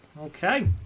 Okay